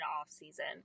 off-season